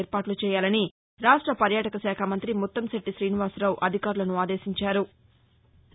ఏర్పాట్ల చేయాలని రాష్ట పర్యాటక శాఖ మంతి ముత్తంశెట్టి శీనివాసరావు అధికారులను ఆదేశించారు